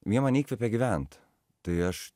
jie mane įkvepia gyvent tai aš